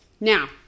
Now